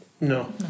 No